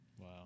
Wow